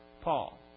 Paul